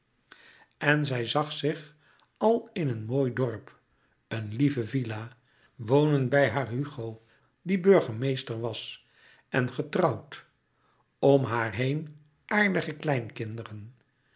en zij zag zich al in een mooi dorp een lieve villa wonen bij haar hugo die burgemeester was en getrouwd om haar heen aardige kleinkinderen